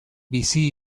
bizi